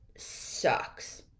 sucks